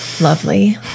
lovely